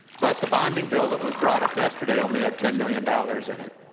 but the bonding bill that was brought up yesterday only a ten million dollars in it.